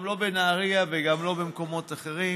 גם לא בנהריה וגם לא במקומות אחרים,